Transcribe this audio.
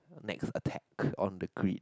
next attack on the grid